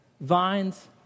vines